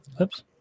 Oops